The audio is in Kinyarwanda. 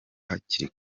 hakiri